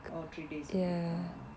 oh three days a week oh